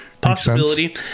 possibility